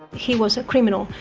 he was a criminal.